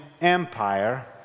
Empire